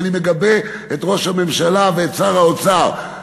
ואני מגבה את ראש הממשלה ואת שר האוצר.